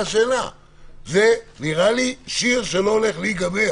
זה נראה לי שיר שלא הולך להיגמר.